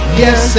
yes